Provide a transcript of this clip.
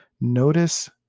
Notice